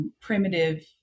primitive